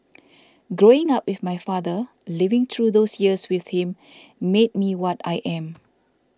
growing up with my father living through those years with him made me what I am